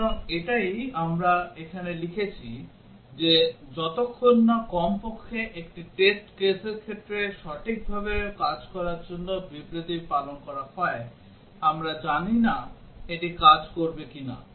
সুতরাং এটাই আমরা এখানে লিখেছি যে যতক্ষণ না কমপক্ষে একটি টেস্ট কেসের ক্ষেত্রে সঠিকভাবে কাজ করার জন্য বিবৃতি পালন করা হয় আমরা জানি না এটি কাজ করবে কিনা